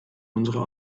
unsere